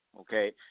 Okay